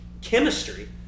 chemistry